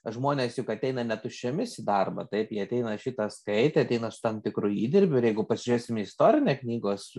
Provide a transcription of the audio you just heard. žmonės juk ateina ne tuščiomis į darbą taip jie ateina šį tą skaitę ateina su tam tikru įdirbiu ir jeigu pasižiūrėsim į istorinę knygos